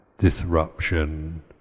disruption